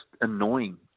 annoying